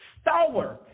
stalwart